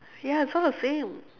ya it's all the same